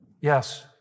Yes